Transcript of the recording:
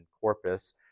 Corpus